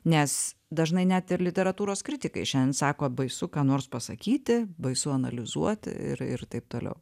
nes dažnai net ir literatūros kritikai šiandien sako baisu ką nors pasakyti baisu analizuoti ir ir taip toliau